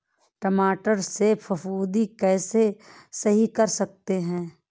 टमाटर से फफूंदी कैसे सही कर सकते हैं?